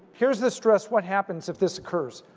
here's the stress. what happens if this occurs?